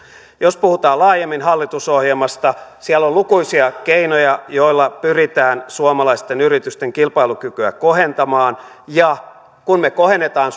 jos puhutaan laajemmin hallitusohjelmasta siellä on lukuisia keinoja joilla pyritään suomalaisten yritysten kilpailukykyä kohentamaan ja kun me kohennamme